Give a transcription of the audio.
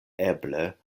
eble